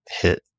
hit